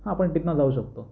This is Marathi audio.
हां आपण तिथनं जाऊ शकतो